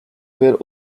were